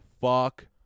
fuck